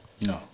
No